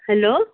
hello